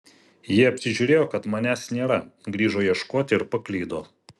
jie apsižiūrėjo kad manęs nėra grįžo ieškoti ir paklydo